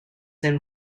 and